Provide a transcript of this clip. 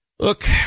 Look